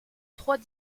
trois